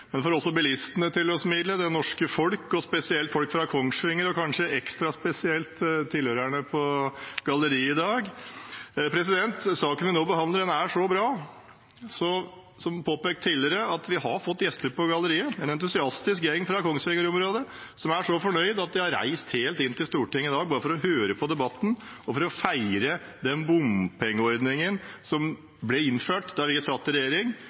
også bilistene til å smile, det norske folk, og spesielt folk fra Kongsvinger – kanskje ekstra spesielt tilhørerne på galleriet i dag. Saken vi nå behandler, er så bra at vi der har en entusiastisk gjeng fra Kongsvinger-området, som er så fornøyd at de har reist helt inn til Stortinget i dag bare for å høre på debatten og for å feire at den bompengeordningen som ble innført da vi satt i regjering,